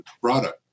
product